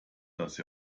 dass